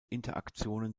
interaktionen